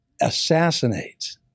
Assassinate